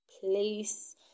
place